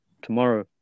Tomorrow